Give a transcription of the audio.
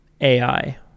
AI